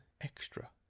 extra